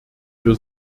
für